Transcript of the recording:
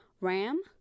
RAM